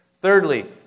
Thirdly